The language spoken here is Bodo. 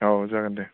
औ जागोन दे